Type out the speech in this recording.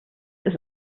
ist